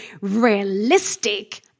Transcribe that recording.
realistic